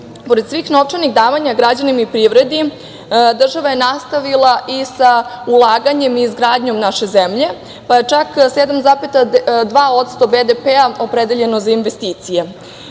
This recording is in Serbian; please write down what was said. način. Pored svih novčanih davanja građanima i privredi država je nastavila i sa ulaganjima i izgradnjom naše zemlje, čak 7,2% BDP opredeljeno za investicije.